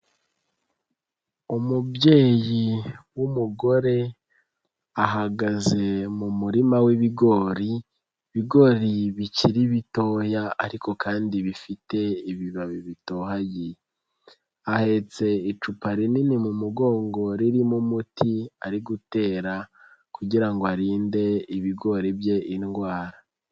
Umubyeyi w'umugore, ahagaze mu murima w'ibigori, ibigori bikiri bitoya, ariko kandi bifite ibibabi bitohagiye. Ahetse icupa rinini mu mugongo ririmo umuti, ari gutera kugira ngo arinde ibigori bye indwara.